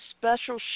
special